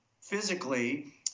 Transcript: physically